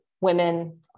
women